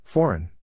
Foreign